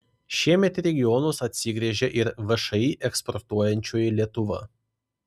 šiemet į regionus atsigręžė ir všį eksportuojančioji lietuva